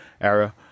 era